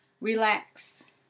relax